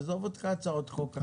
עזוב אותך מהצעות חוק עכשיו,